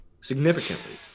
significantly